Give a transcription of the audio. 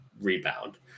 rebound